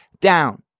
down